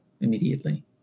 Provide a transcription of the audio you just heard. immediately